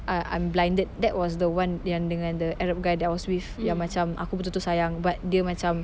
uh I'm blinded that was the one yang dengan the arab guy that I was with yang macam aku betul-betul sayang but dia macam